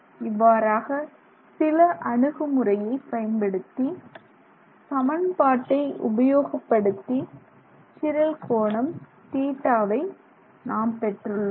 இவ்வாறாக சில அணுகுமுறையைப் பயன்படுத்தி சமன்பாட்டை உபயோகப்படுத்தி சிரல் கோணம் θ நாம் பெற்றுள்ளோம்